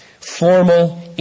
formal